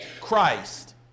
Christ